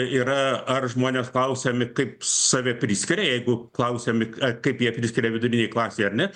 yra ar žmonės klausiami kaip save priskiria jeigu klausiami kaip jie priskiria vidurinei klasei ar ne